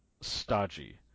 stodgy